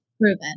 proven